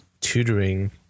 tutoring